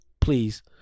please